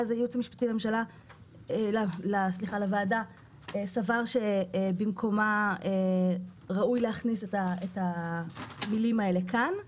הייעוץ המשפטי לוועדה סבר שבמקומה ראוי להכניס את המלים האלה כאן.